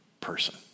person